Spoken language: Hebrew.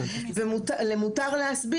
למותר להסביר,